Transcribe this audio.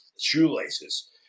shoelaces